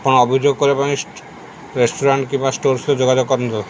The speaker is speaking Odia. ଆପଣ ଅଭିଯୋଗ କରିବା ପାଇଁ ରେଷ୍ଟୁରାଣ୍ଟ କିମ୍ବା ଷ୍ଟୋର୍ରେ ଯୋଗାଯୋଗ କରନ୍ତୁ